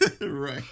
Right